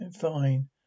fine